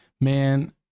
man